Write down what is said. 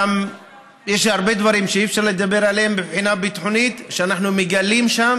יש הרבה דברים שאי-אפשר לדבר עליהם מבחינה ביטחונית שאנחנו מגלים שם,